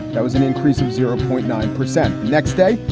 that was an increase of zero point nine percent. next day,